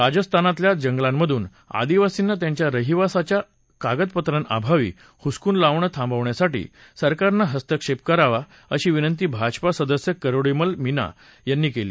राजस्थानातल्या जंगलांमधून आदिवासींना त्यांच्या रहिवासाच्या कागदपत्रांअभावी हुसकून लावणं थांबवण्यासाठी सरकारनं हस्तक्षेप करावा अशी विनंती भाजपा सदस्य किरोडीलाल मिना यांनी केली